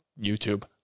YouTube